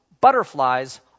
Butterflies